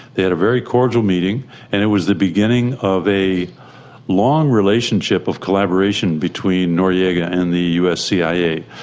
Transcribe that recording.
they had a very cordial meeting and it was the beginning of a long relationship of collaboration between noriega and the us cia.